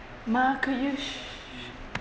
ma could you shh